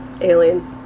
Alien